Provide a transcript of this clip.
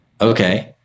okay